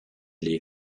les